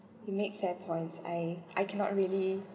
you make fair points I I cannot really